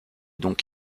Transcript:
donc